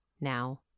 now